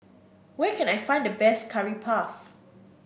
where can I find the best Curry Puff